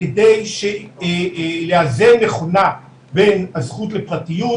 כדי לאזן בצורה נכונה בין הזכות לפרטיות,